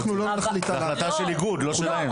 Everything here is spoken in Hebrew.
זוהי החלטה של איגוד; לא שלהם.